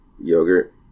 yogurt